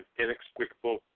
inexplicable